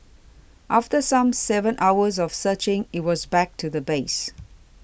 after some seven hours of searching it was back to the base